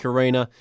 Arena